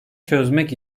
çözmek